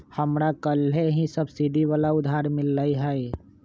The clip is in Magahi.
हमरा कलेह ही सब्सिडी वाला उधार मिल लय है